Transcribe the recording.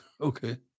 Okay